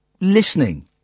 listening